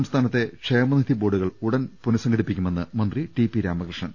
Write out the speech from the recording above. സംസ്ഥാനത്തെ ക്ഷേമനിധി ബോർഡുകൾ ഉടൻ പുനസം ഘടിപ്പിക്കുമെന്ന് മന്ത്രി ടി പി രാമകൃഷ്ണൻ